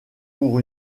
pour